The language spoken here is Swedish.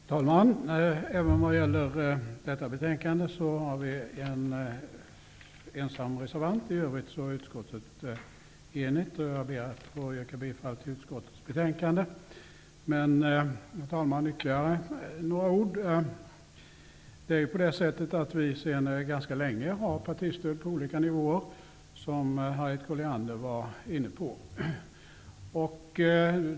Herr talman! Även vad gäller detta betänkande har vi en ensam reservant. I övrigt är utskottet enigt. Jag ber att få yrka bifall till utskottets hemställan. Men, herr talman, jag vill säga ytterligare några ord. Vi har sedan ganska länge partistöd på olika nivåer, som Harriet Colliander var inne på.